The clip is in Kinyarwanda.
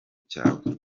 cyawe